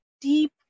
deep